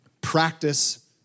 practice